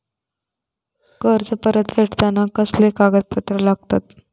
कर्ज परत फेडताना कसले कागदपत्र लागतत?